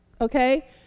Okay